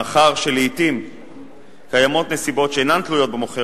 מאחר שלעתים קיימות נסיבות שאינן תלויות במוכר